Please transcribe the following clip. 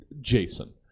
Jason